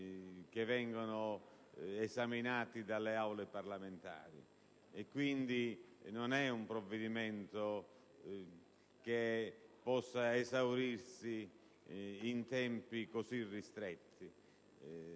che vengono esaminati dalle Aule parlamentari. Non è un provvedimento che possa esaurirsi in tempi così ristretti: